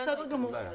בסדר גמור,